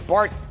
Bart